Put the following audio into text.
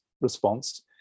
response